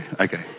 okay